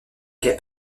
quai